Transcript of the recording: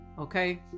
Okay